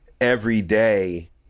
everyday